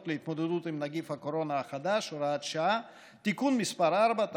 להתמודדות עם נגיף הקורונה החדש (הוראת שעה) (תיקון מס' 4),